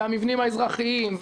המבנים האזרחיים,